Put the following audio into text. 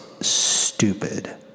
stupid